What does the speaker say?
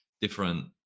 different